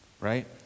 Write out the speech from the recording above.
right